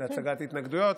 להצגת התנגדויות.